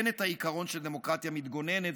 אין את העיקרון של דמוקרטיה מתגוננת,